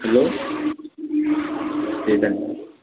hello ٹھیک ہے